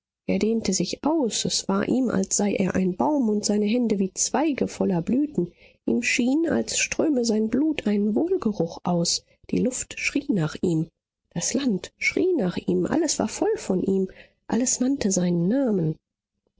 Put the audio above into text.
er dehnte sich aus es war ihm als sei er ein baum und seine hände wie zweige voller blüten ihm schien als ströme sein blut einen wohlgeruch aus die luft schrie nach ihm das land schrie nach ihm alles war voll von ihm alles nannte seinen namen